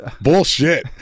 Bullshit